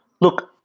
Look